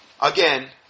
Again